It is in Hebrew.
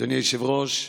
אדוני היושב-ראש,